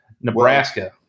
Nebraska